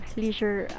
leisure